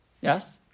Yes